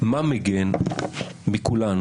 מה מגן על כולנו,